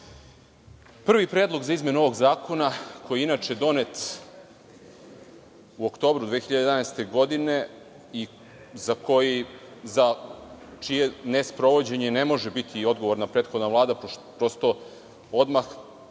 predlog za izmenu ovog zakona, koji je inače donet u oktobru 2011. godine i za čije nesprovođenje ne može biti odgovorna prethodna Vlada, pošto su odmah